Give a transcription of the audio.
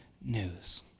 news